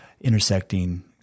intersecting